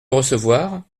recevoir